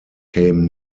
came